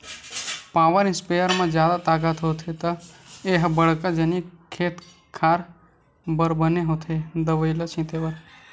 power sprayer म जादा ताकत होथे त ए ह बड़का जनिक खेते खार बर बने होथे दवई ल छिते बर